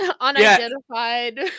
unidentified